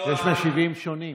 יש נציגים שונים.